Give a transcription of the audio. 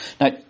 Now